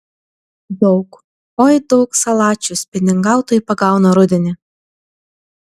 daug oi daug salačių spiningautojai pagauna rudenį